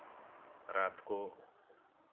रात को